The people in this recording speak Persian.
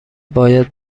باید